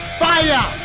fire